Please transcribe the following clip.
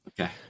Okay